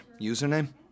username